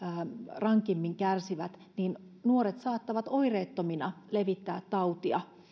rankimmin kärsivät niin nuoret saattavat oireettomina levittää tautia